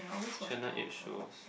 channel eight shows